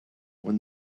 when